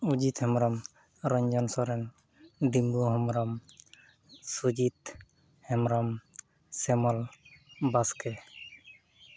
Ajit Hembrom Ranjan Soren Dingu Hembrom Sujit Hembrom Semal Baske